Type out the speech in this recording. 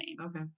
Okay